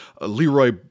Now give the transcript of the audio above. Leroy